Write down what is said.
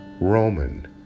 Roman